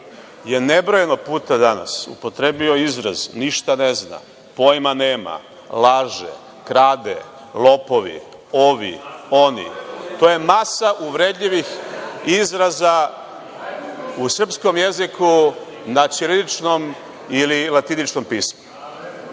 je nebrojeno puta danas upotrebio izraz - „ništa ne zna“, „pojma nema“, „laže“, „krade“, „lopovi“, „ovi“, „oni“… To je masa uvredljivih izraza u srpskom jeziku, na ćiriličnom ili latiničnom pismu. Ja